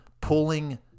pulling